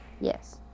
Yes